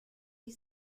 you